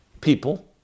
people